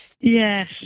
Yes